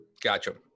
Gotcha